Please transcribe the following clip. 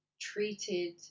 treated